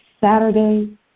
Saturday